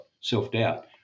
self-doubt